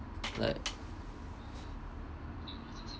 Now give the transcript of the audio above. like